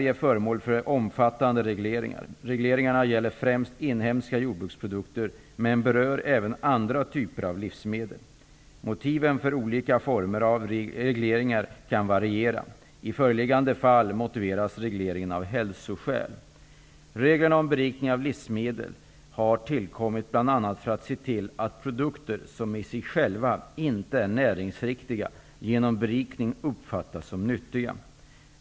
Reglerna om berikning av livsmedel har alltså kommit till för att förhindra att produkter som i sig själva inte är näringsriktiga genom berikning uppfattas som nyttiga.